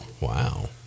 Wow